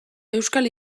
euskal